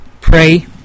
pray